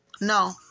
no